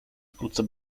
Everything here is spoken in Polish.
wkrótce